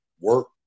work